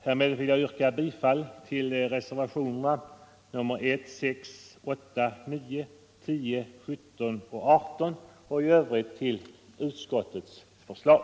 Härmed vill jag yrka bifall till reservationerna nr 1, 6, 8,9, 10, 17 och 21 i skatteutskottets betänkande och i övrigt till utskottets förslag.